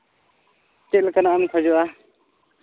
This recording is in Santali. ᱪᱮᱫ ᱞᱮᱠᱟᱱᱟᱜ ᱮᱢ ᱠᱷᱚᱡᱚᱜᱼᱟ